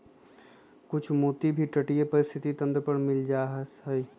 कुछ मोती भी तटीय पारिस्थितिक तंत्र पर मिल जा हई